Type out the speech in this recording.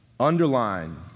Underline